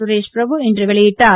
சுரேஷ் பிரபு இன்று வெளியிட்டார்